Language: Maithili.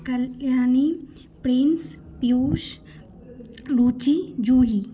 कल्याणी प्रिन्स पियुष रुचि जुही